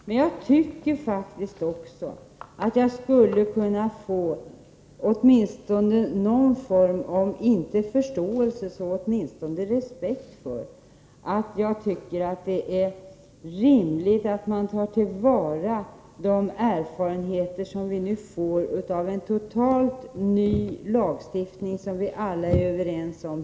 Men jag tycker faktiskt också att jag skulle kunna få åtminstone någon form av om inte förståelse så åtminstone respekt för att jag tycker att det är rimligt att man tar till vara de erfarenheter som vi nu får av en totalt ny lagstiftning, som vi alla är överens om.